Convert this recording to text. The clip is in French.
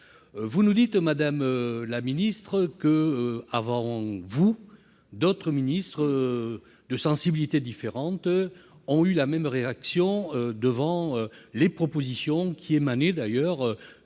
Vous nous dites, madame la ministre, qu'avant vous d'autres ministres de sensibilités différentes ont eu la même réaction devant de telles propositions, qui émanaient notamment